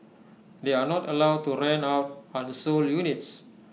they are not allowed to rent out unsold units